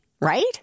right